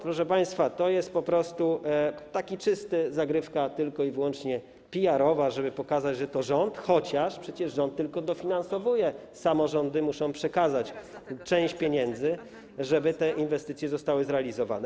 Proszę państwa, to jest po prostu taka czysta zagrywka tylko i wyłącznie PR-owa, żeby pokazać, że to rząd, chociaż przecież rząd tylko dofinansowuje, samorządy muszą przekazać część pieniędzy, żeby te inwestycje zostały zrealizowane.